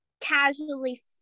casually